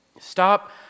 Stop